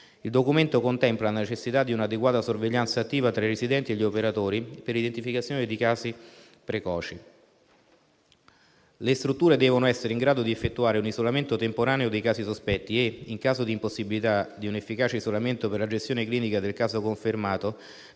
Il documento contempla la necessità di un'adeguata sorveglianza attiva tra i residenti e gli operatori per l'identificazione precoce di casi. Le strutture devono essere in grado di effettuare un isolamento temporaneo dei casi sospetti e, in caso di impossibilità di un efficace isolamento per la gestione clinica del caso confermato,